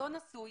לא נשוי,